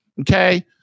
Okay